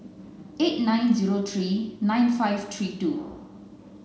eight nine zero three nine five three two